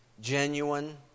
genuine